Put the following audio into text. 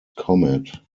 comet